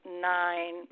nine